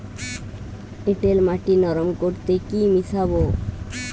এঁটেল মাটি নরম করতে কি মিশাব?